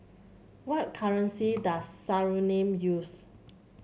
what currency does Suriname use